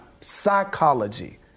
psychology